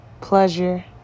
pleasure